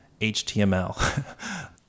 HTML